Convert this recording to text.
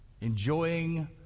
enjoying